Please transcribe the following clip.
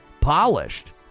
polished